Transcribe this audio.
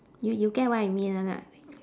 you you get what I mean or not